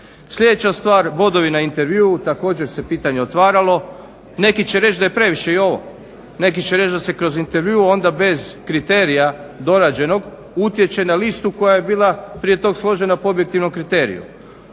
Sljedeća stvar, bodovi na intervjuu, također se pitanje otvaralo. Neki će reći da je previše i ovo, neki će reći da se kroz intervju onda bez kriterija dorađenog utječe na listu koja je bila prije tog složena po objektivnom kriteriju.